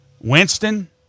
Winston